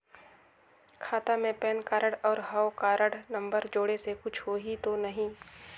खाता मे PAN card और हव कारड नंबर जोड़े से कुछ होही तो नइ?